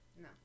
No